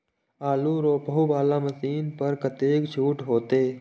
आलू रोपे वाला मशीन पर कतेक छूट होते?